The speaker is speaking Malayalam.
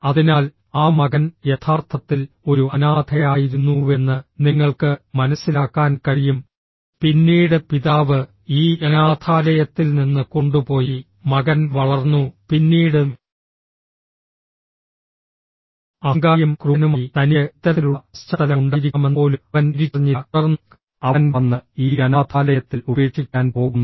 അതിനാൽ ആ മകൻ യഥാർത്ഥത്തിൽ ഒരു അനാഥയായിരുന്നുവെന്ന് നിങ്ങൾക്ക് മനസ്സിലാക്കാൻ കഴിയും പിന്നീട് പിതാവ് ഈ അനാഥാലയത്തിൽ നിന്ന് കൊണ്ടുപോയി മകൻ വളർന്നു പിന്നീട് അഹങ്കാരിയും ക്രൂരനുമായി തനിക്ക് ഇത്തരത്തിലുള്ള പശ്ചാത്തലം ഉണ്ടായിരിക്കാമെന്ന് പോലും അവൻ തിരിച്ചറിഞ്ഞില്ല തുടർന്ന് അവൻ വന്ന് ഈ അനാഥാലയത്തിൽ ഉപേക്ഷിക്കാൻ പോകുന്നു